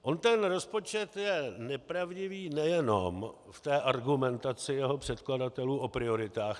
On ten rozpočet je nepravdivý nejenom v argumentaci jeho předkladatelů o prioritách.